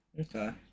okay